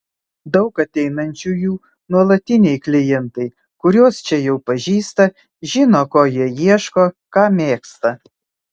daug ateinančiųjų nuolatiniai klientai kuriuos čia jau pažįsta žino ko jie ieško ką mėgsta